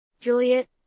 Juliet